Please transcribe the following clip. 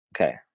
okay